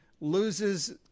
loses